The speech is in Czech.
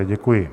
Děkuji.